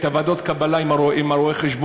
ועדות קבלה עם רואה-חשבון,